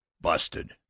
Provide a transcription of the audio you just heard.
busted